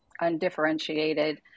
undifferentiated